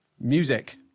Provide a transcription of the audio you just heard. music